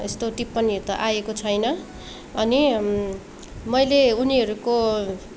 यस्तो टिप्पणीहरू त आएको छैन अनि मैले उनीहरूको